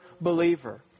believer